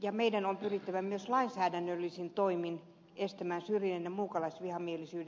ja meidän on pyrittävä myös lainsäädännöllisin toimin estämään syrjinnän ja muukalaisvihamielisyyden synty